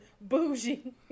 bougie